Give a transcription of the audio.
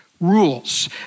rules